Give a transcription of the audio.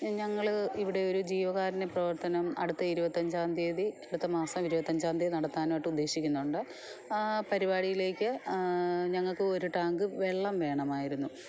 ഞങ്ങൾ ഇവിടെ ഒരു ജീവകാരുണ്യ പ്രവർത്തനം അടുത്ത ഇരുപത്തഞ്ചാം തീയ്യതി അടുത്ത മാസം ഇരുപത്തഞ്ചാം തീയ്യതി നടത്താനായിട്ട് ഉദ്ദേശിക്കുന്നുണ്ട് ആ പരിപാടിയിലേക്ക് ഞങ്ങൾക്ക് ഒരു ടാങ്ക് വെള്ളം വേണമായിരുന്നു